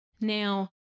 Now